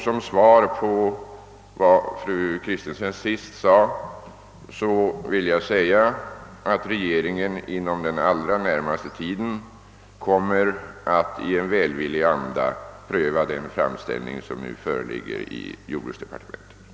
Som svar på vad fru Kristensson senast sade vill jag meddela att regeringen inom den allra närmaste tiden kommer att i välvillig anda pröva den framställning som nu ligger i jordbruksdepartementet.